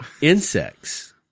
Insects